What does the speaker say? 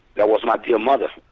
that was my dear mother,